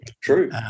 True